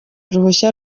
uruhushya